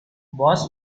boss